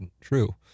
true